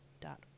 dot